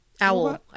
owl